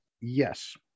Yes